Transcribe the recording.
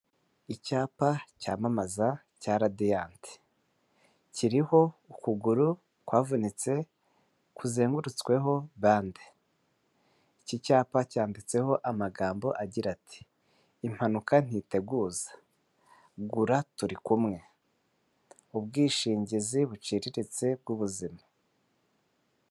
Icyapa cyamamaza cya Radiant kiriho ukuguru kwavunitse kuzengurutsweho bande .Iki cyapa cyanditseho amagambo agira ati" impanuka ntiteguza gura turi kumwe ubwishingizi buciriritse bw'ubuzima".